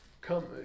Come